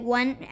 one